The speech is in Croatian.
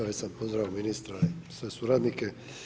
Već sam pozdravio ministra i sve suradnike.